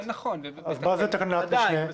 כן, נכון --- אז מה זה תקנת משנה?